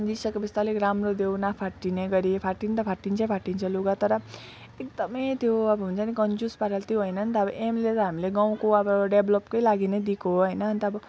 दिइसके पछि त अलिक राम्रो त्यो नफाट्ने गरी फाटिनु त फाटिन्छ नै फाटिन्छ लुगा तर एकदम त्यो अब हुन्छ नि कन्जुस पाराले त्यो होइन नि त अब एमएलएले त हामीले गाउँको अब डेभलोपकै लागि नै दिएको हो होइन अन्त अब